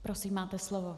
Prosím, máte slovo.